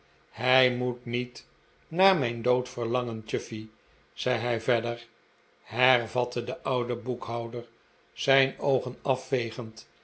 hij moet niet naar mijn dood verlangen chuffey zei hij verder hervatte de oude boekhouder zijn oogen afvegend